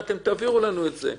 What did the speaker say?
תעבירו לנו את זה.